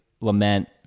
lament